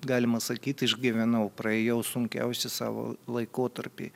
galima sakyt išgyvenau praėjau sunkiausį savo laikotarpį